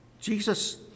Jesus